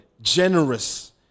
generous